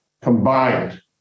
combined